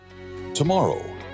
Tomorrow